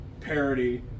parody